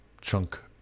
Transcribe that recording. chunk